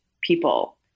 people